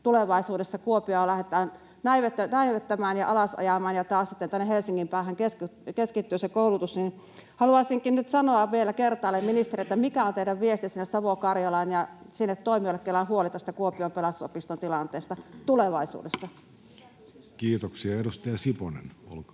tulevaisuudessa Kuopiota lähdetään näivettämään ja alasajamaan ja taas sitten tänne Helsingin päähän keskittyy se koulutus. Haluaisinkin nyt sanoa vielä kertaalleen ministerille: mikä on teidän viestinne sinne Savo-Karjalaan ja toimijoille, joilla on huoli tästä Kuopion Pelastusopiston tilanteesta tulevaisuudessa? Kiitoksia. — Edustaja Siponen, olkaa hyvä.